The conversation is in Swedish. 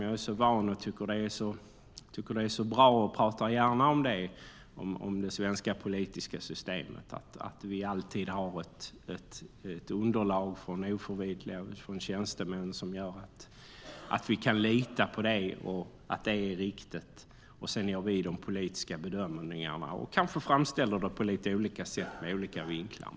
Jag pratar gärna om det svenska politiska systemet och tycker att det är så bra att vi alltid har ett underlag från oförvitliga tjänstemän som vi kan lita på, och sedan gör vi de politiska bedömningarna och kanske framställer det på lite olika sätt med lite olika vinklar.